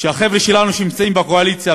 שהחבר'ה שלנו שנמצאים בקואליציה,